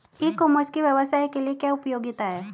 ई commerce की व्यवसाय के लिए क्या उपयोगिता है?